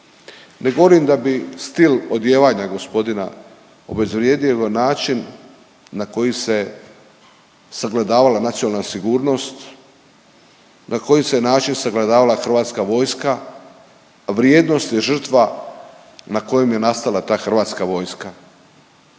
Ne govorim da bi stil odijevanja gospodina obezvrijedio na način na koji se sagledavala nacionalna sigurnost, na koji se način sagledavala Hrvatska vojska, vrijednost i žrtva na kojim je nastala ta Hrvatska vojska.